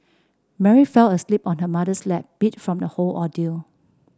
Mary fell asleep on her mother's lap beat from the whole ordeal